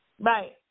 Right